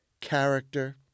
character